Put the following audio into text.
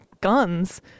guns